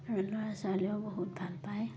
আৰু ল'ৰা ছোৱালীয়েও বহুত ভাল পায়